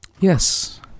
Yes